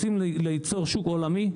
רוצים ליצור שוק עולמי?